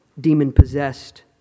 demon-possessed